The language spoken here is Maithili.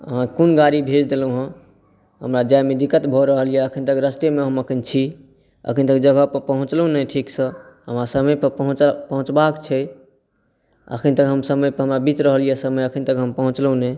अहाँ कोन गाड़ी भेज देलहुँ हँ हमरा जाएमे दिक्कत भऽ रहल यऽ अखन तक हम रस्तेमे अखन छी अखन तक जगह पर पहुँचलहुँ नहि ठीकसँ हमरा समय पर पहुँचबाके छै अखन तक हम समय पर बीत रहल यऽ समय अखन तक हम पहुँचलहुँ नहि